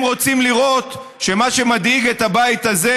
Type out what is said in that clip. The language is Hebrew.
הם רוצים לראות שמה שמדאיג את הבית הזה,